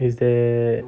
is there